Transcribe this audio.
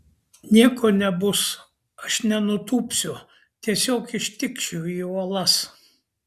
nieko nebus aš nenutūpsiu tiesiog ištikšiu į uolas